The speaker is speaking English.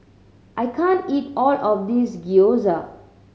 I can't eat all of this Gyoza